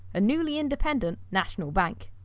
a newly independent national bank.